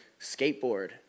skateboard